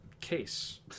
case